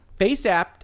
FaceApp